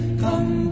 come